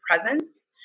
presence